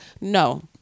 no